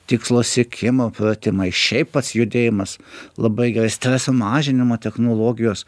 tikslo siekimo pratimai šiaip pats judėjimas labai gerai streso mažinimo technologijos